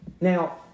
Now